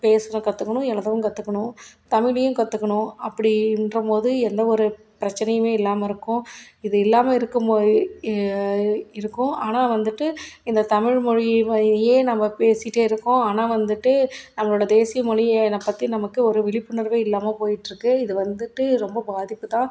பேச கற்றுக்கணும் எழுதவும் கற்றுக்கணும் தமிழையும் கற்றுக்கணும் அப்படின்றமோது எந்த ஒரு பிரச்சனையுமே இல்லாமல் இருக்கும் இது இல்லாமல் இருக்கும்போ இருக்கோம் ஆனால் வந்துவிட்டு இந்த தமிழ்மொழி வழியே நம்ம பேசிட்டே இருக்கோம் ஆனால் வந்துவிட்டு நம்பளோட தேசியமொழிய பற்றி நமக்கு ஒரு விழிப்புணர்வே இல்லாமல் போயிட்டுருக்கு இது வந்துவிட்டு ரொம்ப பாதிப்பு தான்